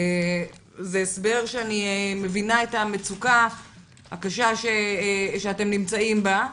זה הסבר שאני מבינה את המצוקה הקשה שאתם נמצאים בה.